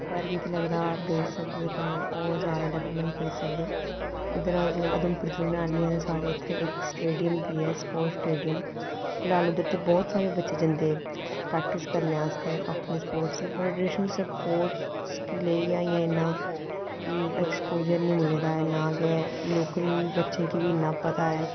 पर मिगी लगदा देई सकदे कन्नै होर जैदा डिवैलपमैंट करी सकदे इद्धर जि'यां उधमपुर दा औन्नी ऐ ते साढ़े इत्थै इक स्टेडियम बी ऐ स्पोर्टस स्टेडियम फिलहाल उद्धर ते बहुत सारे बच्चे जंदे प्रैक्टिस करने आस्तै अपने स्पोर्टस आस्तै पर ट्रैडिशन स्पोर्टस गी लेइयै अजें इन्ना ऐक्सपोजर निं मिले दा ऐ नां गै लोकल बच्चें गी बी इन्ना पता ऐ